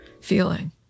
feeling